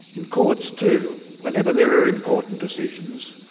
in courts, too, whenever there are important decisions,